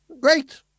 Great